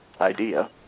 Idea